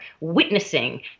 witnessing